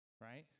right